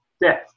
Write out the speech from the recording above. death